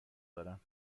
دارم